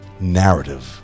narrative